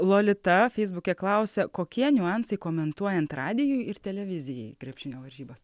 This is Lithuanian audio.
lolita feisbuke klausia kokie niuansai komentuojant radijui ir televizijai krepšinio varžybas